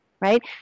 right